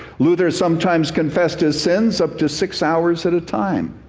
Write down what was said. luther sometimes confessed his sins up to six hours at a time.